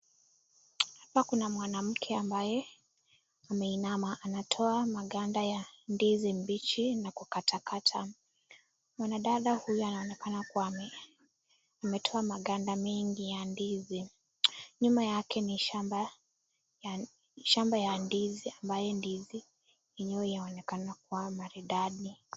Hapa kuna mwanamke ambaye ameinama, anatoa maganda ya ndizi mbichi na kukata kata. Mwanadada huyu anaonekana kuwa ametoa maganda mengi ya ndizi .Nyuma yake ni shamba ya ndizi ambayo ndizi yenyewe yaonekana kuwa maridadi.